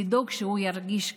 לדאוג שהוא ירגיש כך.